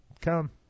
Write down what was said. Come